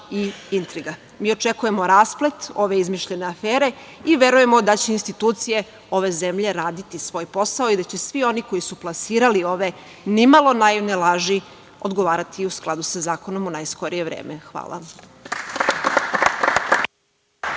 i intriga. Mi očekujemo rasplet ove izmišljene afere i verujemo da će institucije ove zemlje raditi svoj posao i da će svi oni koji su plasirali ove nimalo naivne laži odgovarati u skladu sa zakonom u najskorije vreme. Hvala.